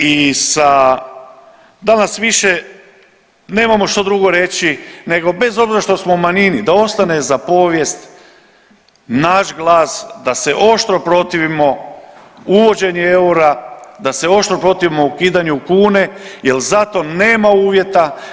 I sa, danas više nemamo što drugo reći nego bez obzira što smo u manjini da ostane za povijest naš glas da se oštro protivimo uvođenju eura, da se oštro protivimo ukidanju kune jer zato nema uvjeta.